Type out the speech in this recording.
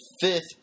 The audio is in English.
fifth